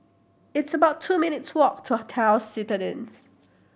it's about two minutes' walk to Hotel Citadines